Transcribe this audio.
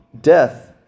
death